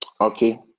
okay